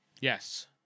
Yes